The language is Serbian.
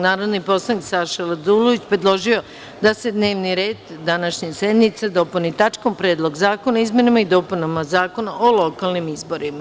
Narodni poslanik Saša Radulović predložio je da se dnevni red današnje sednice dopuni tačkom – Predlog zakona o izmenama i dopunama Zakona o lokalnim izborima.